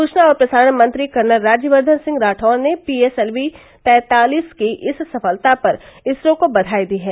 सूचना और प्रसारण मंत्री कर्नल राज्यवर्धन सिंह राठोड़ ने पीएसएलवी तैंतालिस की इस सफलता पर इसरो को बधाई दी है